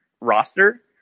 roster